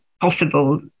possible